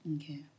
Okay